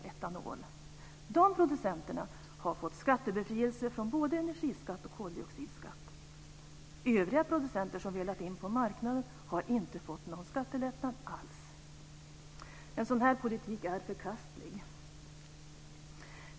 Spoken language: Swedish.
Dessa producenter har fått befrielse från både energiskatt och koldioxidskatt. Övriga producenter som velat komma in på marknaden har inte fått någon skattelättnad alls. En sådan här politik är förkastlig.